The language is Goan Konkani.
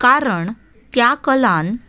कारण त्या कलान